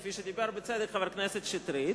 כפי שאמר בצדק חבר הכנסת שטרית,